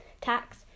tax